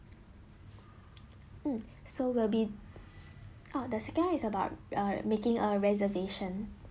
mm so we'll be ah the second one is about uh making a reservation